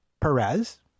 Perez